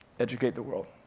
educate the world,